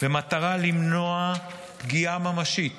במטרה למנוע פגיעה ממשית